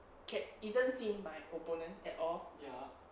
can isn't seen by opponent at all ya